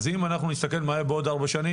אז אם אנחנו נסתכל מה יהיה בעוד 4 שנים,